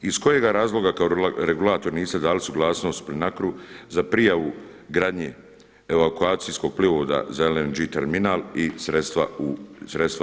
Iz kojega razloga kao regulator niste dali suglasnost PLINACRO-u za prijavu gradnje evakuacijskog plinovoda za LNG terminal i sredstva EU.